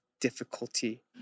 difficulty